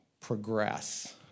progress